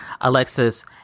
Alexis